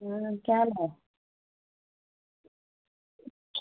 केह् हाल ऐ